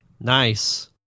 Nice